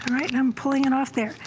i am pulling it off there,